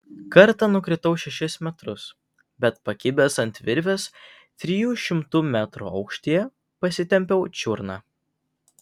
kartą nukritau šešis metrus bet pakibęs ant virvės trijų šimtų metrų aukštyje pasitempiau čiurną